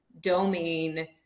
domain